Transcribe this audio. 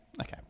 okay